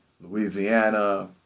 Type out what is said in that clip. Louisiana